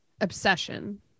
obsession